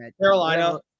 Carolina